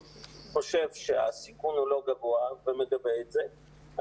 חושב שהסיכון הוא לא גבוה ומגבה את זה,